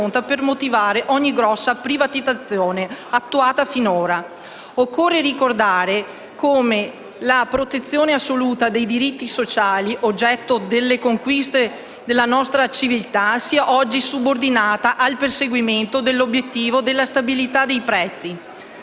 per motivare ogni grossa privatizzazione attuata finora. Occorre ricordare come la protezione assoluta dei diritti sociali oggetto delle conquiste della nostra civiltà sia oggi subordinata al perseguimento dell'obiettivo della stabilità dei prezzi.